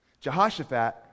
Jehoshaphat